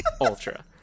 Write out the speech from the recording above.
Ultra